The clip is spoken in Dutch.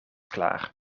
klaar